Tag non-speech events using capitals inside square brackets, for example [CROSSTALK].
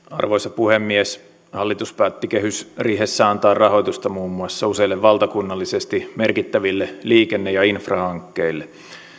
[UNINTELLIGIBLE] arvoisa puhemies hallitus päätti kehysriihessä antaa rahoitusta muun muassa useille valtakunnallisesti merkittäville liikenne ja infrahankkeille